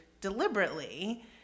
deliberately